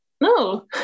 no